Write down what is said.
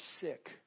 sick